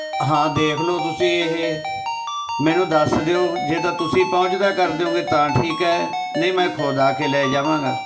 ਹਾਂ ਦੇਖ ਲਓ ਤੁਸੀਂ ਇਹ ਮੈਨੂੰ ਦੱਸ ਦਿਓ ਜੇ ਤਾਂ ਤੁਸੀਂ ਪਹੁੰਚਦਾ ਕਰ ਦਿਓਂਗੇ ਤਾਂ ਠੀਕ ਹੈ ਨਹੀਂ ਮੈਂ ਖ਼ੁਦ ਆ ਕੇ ਲੈ ਜਾਵਾਂਗਾ